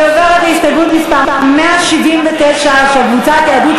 אני עוברת להסתייגות מס' 169 של קבוצת בל"ד.